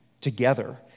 together